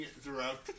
throughout